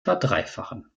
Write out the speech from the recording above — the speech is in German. verdreifachen